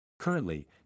Currently